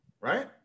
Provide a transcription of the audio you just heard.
right